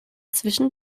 zwischen